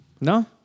No